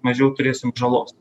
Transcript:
mažiau turėsim žalos